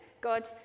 God